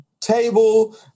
table